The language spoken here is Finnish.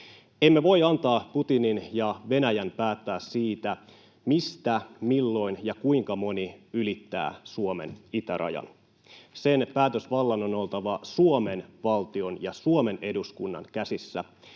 Emme voi antaa Putinin ja Venäjän päättää siitä, mistä, milloin ja kuinka moni ylittää Suomen itärajan. Sen päätösvallan on oltava Suomen valtion ja Suomen eduskunnan käsissä.